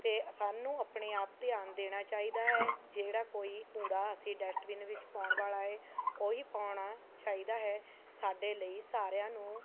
ਅਤੇ ਸਾਨੂੰ ਆਪਣੇ ਆਪ ਧਿਆਨ ਦੇਣਾ ਚਾਹੀਦਾ ਹੈ ਜਿਹੜਾ ਕੋਈ ਕੂੜਾ ਅਸੀਂ ਡਸਟਬਿਨ ਵਿੱਚ ਪਾਉਣ ਵਾਲ਼ਾ ਏ ਉਹੀ ਪਾਉਣਾ ਚਾਹੀਦਾ ਹੈ ਸਾਡੇ ਲਈ ਸਾਰਿਆਂ ਨੂੰ